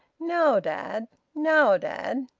now, dad! now, dad!